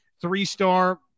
three-star